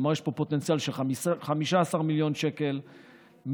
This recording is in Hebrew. כלומר יש פה פוטנציאל של 15 מיליון שקל,